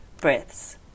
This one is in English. breaths